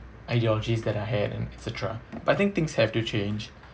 ideologies that I had and et cetera but I think things have to change